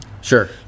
Sure